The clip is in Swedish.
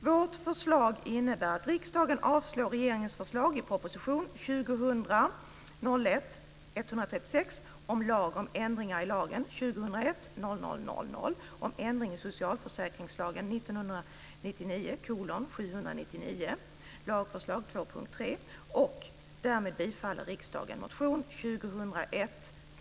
Vårt förslag innebär att riksdagen avslår regeringens förslag i proposition 2000/01:136 om lag om ändring i lagen,